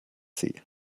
sie